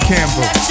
Campbell